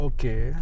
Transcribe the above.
Okay